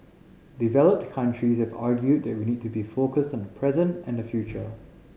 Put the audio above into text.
developed countries have argued that we need to be focused on the present and the future